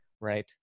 right